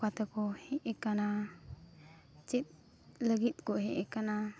ᱚᱠᱟ ᱛᱮᱠᱚ ᱦᱮᱡ ᱟᱠᱟᱱᱟ ᱪᱮᱫ ᱞᱟᱹᱜᱤᱫᱠᱚ ᱦᱮᱡ ᱟᱠᱟᱱᱟ